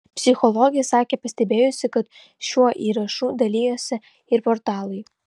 psichologė sakė pastebėjusi kad šiuo įrašu dalijosi ir portalai